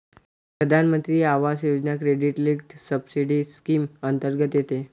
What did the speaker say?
प्रधानमंत्री Awas Yojana credit linked subsidy scheme अंतर्गत येते